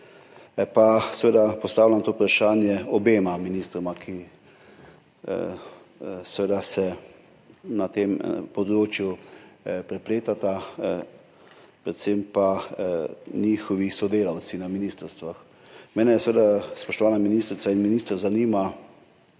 Pa seveda postavljam to vprašanje obema ministroma, ki se seveda na tem področju prepletata, predvsem pa njunim sodelavcem na ministrstvih. Spoštovana ministrica in minister, zanima